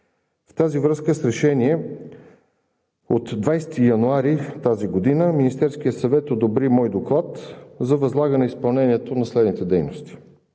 В тази връзка с решение от 20 януари тази година Министерският съвет одобри мой доклад за възлагане изпълнението на следните дейности: